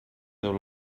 déu